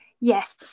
Yes